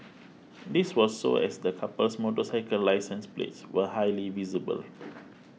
this was so as the couple's motorcycle license plates were highly visible